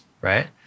right